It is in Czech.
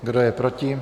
Kdo je proti?